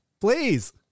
Please